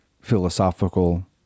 philosophical